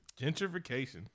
Gentrification